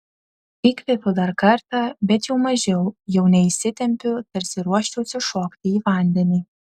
įkvėpiu dar kartą bet jau mažiau jau neįsitempiu tarsi ruoščiausi šokti į vandenį